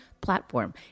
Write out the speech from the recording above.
platform